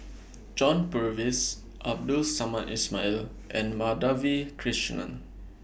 John Purvis Abdul Samad Ismail and Madhavi Krishnan